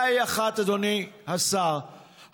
אדוני השר,